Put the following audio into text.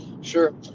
Sure